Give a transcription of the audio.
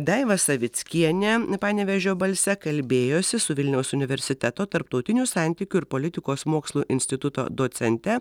daiva savickienė panevėžio balse kalbėjosi su vilniaus universiteto tarptautinių santykių ir politikos mokslų instituto docente